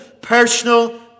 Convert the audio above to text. personal